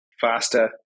faster